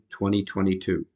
2022